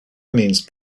means